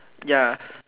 ya